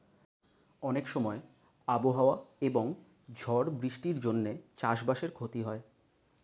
অনেক সময় আবহাওয়া এবং ঝড় বৃষ্টির জন্যে চাষ বাসের ক্ষতি হয়